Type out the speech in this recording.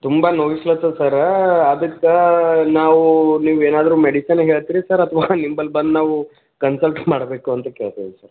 ತುಂಬ ನೋವಿಸ್ಲ್ ಹತ್ತಿದ್ ಸರ ಅದಕ್ಕೆ ನಾವು ನೀವು ಏನಾದರೂ ಮೆಡಿಸನಿಗೆ ಹೇಳ್ತೀರಿ ಸರ್ ಅಥವಾ ನಿಮ್ಮಲ್ ಬಂದು ನಾವು ಕನ್ಸಲ್ಟ್ ಮಾಡಬೇಕು ಅಂತ ಕೇಳ್ತಾಯಿದೀನಿ ಸರ್